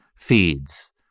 feeds